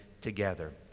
together